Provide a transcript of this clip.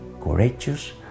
courageous